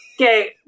Okay